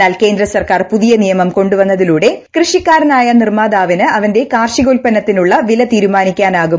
എന്നാൽ കേന്ദ്ര സർക്കാർ പുതിയ നിയമം കൊണ്ടുവന്നതി ലൂടെ കൃഷിക്കാരനായ നിർമാതാവിന് അവന്റെ കാർഷികോൽപ്പന്ന ത്തിനുള്ള വില തീരുമാനിക്കാനാകും